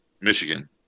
Michigan